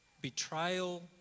Betrayal